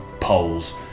polls